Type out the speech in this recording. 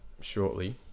shortly